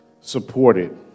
supported